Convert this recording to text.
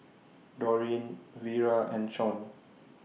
Dorine Vira and Shon